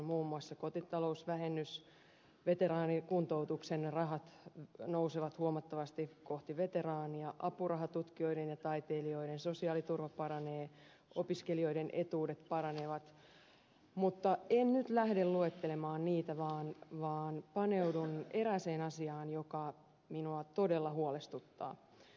muun muassa kotitalousvähennys veteraanikuntoutuksen rahat veteraania kohti nousevat huomattavasti apurahatutkijoiden ja taiteilijoiden sosiaaliturva paranee opiskelijoiden etuudet paranevat mutta en nyt lähde luettelemaan niitä vaan paneudun erääseen asiaan joka minua todella huolestuttaa